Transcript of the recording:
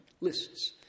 lists